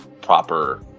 proper